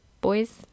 boys